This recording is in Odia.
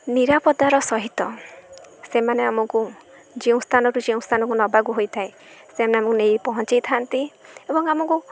ନିରାପଦର ସହିତ ସେମାନେ ଆମକୁ ଯେଉଁ ସ୍ଥାନରୁ ଯେଉଁ ସ୍ଥାନକୁ ନେବାକୁ ହୋଇଥାଏ ସେମାନେ ଆମକୁ ନେଇ ପହଞ୍ଚେଇଥାନ୍ତି ଏବଂ ଆମକୁ